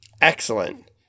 Excellent